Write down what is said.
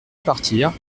partir